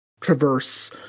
traverse